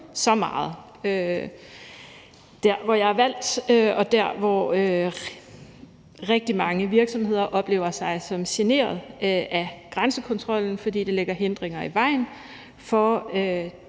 så meget der, hvor jeg er valgt, og der, hvor rigtig mange virksomheder oplever sig som generet af grænsekontrollen, fordi den lægger hindringer i vejen for